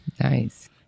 Nice